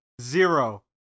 zero